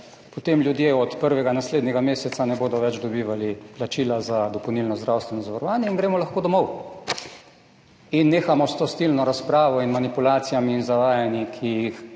potem ljudje od prvega naslednjega meseca ne bodo več dobivali plačila za dopolnilno zdravstveno zavarovanje in gremo lahko domov. In nehamo s to stilno razpravo in manipulacijami in zavajanji, ki jih